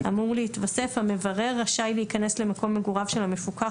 אמור להתווסף המברר ראשי להיכנס למקום מגוריו של המפוקח